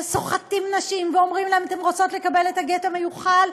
ואז סוחטים נשים ואומרים להן: אתן רוצות לקבל את הגט המיוחל?